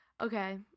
Okay